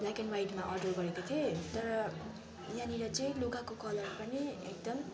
black and वाइटमा order गरेको थिएँ तर यहाँनिर चाहिँ लुगाको कलर पनि एकदम